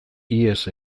ihes